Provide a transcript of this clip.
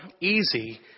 easy